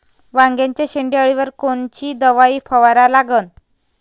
वांग्याच्या शेंडी अळीवर कोनची दवाई फवारा लागन?